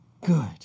good